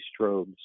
strobes